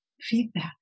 feedback